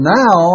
now